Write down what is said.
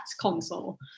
console